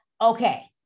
okay